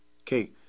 Okay